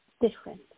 different